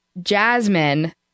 Jasmine